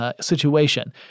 situation